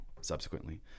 subsequently